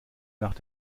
nach